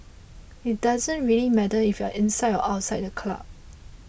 it doesn't really matter if you are inside or outside the club